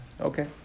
Okay